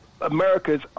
America's